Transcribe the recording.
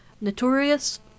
notorious